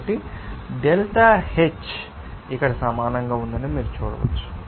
కాబట్టి delta H ఇక్కడ సమానంగా ఉందని మీరు చూడవచ్చు